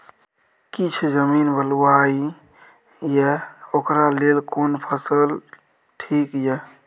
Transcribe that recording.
किछ जमीन बलुआही ये ओकरा लेल केना फसल ठीक ये?